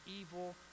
evil